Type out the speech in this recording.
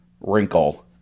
wrinkle